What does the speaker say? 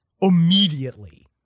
immediately